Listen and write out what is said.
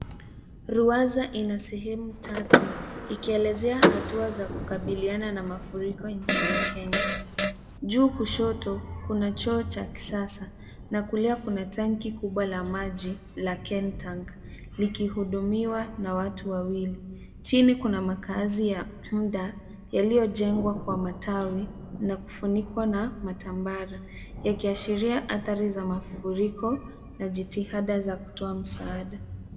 Ruwaza ina sehemu tatu ikielezea hatua za kukabiliana na mafuriko nchini Kenya. Juu kushoto, kuna choo cha kisasa na kulia kuna tanki kubwa la maji la Kentank likihudumiwa na watu wawili. Chini kuna makazi ya muda yaliyojengwa kwa matawi na kufunikwa na matambara yakiashiria athari za mafuriko na jitihada za kutoa msaada.